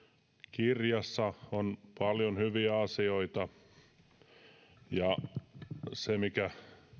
kirjassa on paljon hyviä asioita se mikä